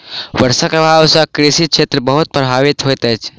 वर्षाक अभाव सॅ कृषि क्षेत्र बहुत प्रभावित होइत अछि